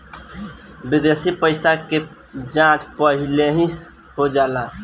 विदेशी पइसा के जाँच पहिलही हो जाला